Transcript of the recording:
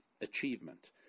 achievement